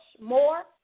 more